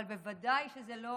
אבל בוודאי זה לא